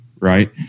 right